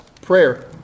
prayer